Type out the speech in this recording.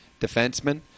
defenseman